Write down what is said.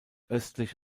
östlich